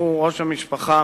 שהוא ראש המשפחה,